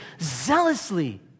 zealously